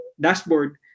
dashboard